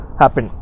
happen